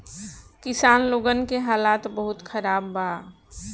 किसान लोगन के हालात बहुत खराब बा